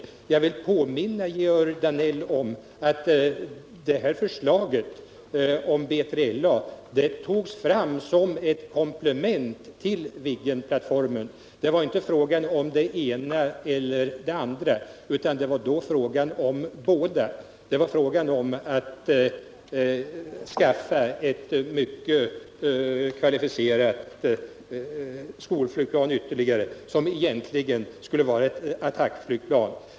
Jag vill påminna Georg Danell om att förslaget om B3LA togs fram som ett komplement till Viggenplattformen — det var inte fråga om det ena eller det andra, utan det gällde båda. Det var frågan om att skaffa ytterligare ett mycket kvalificerat skolflygplan, som egentligen främst skulle vara ett attackflygplan.